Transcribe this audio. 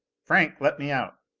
franck, let me out.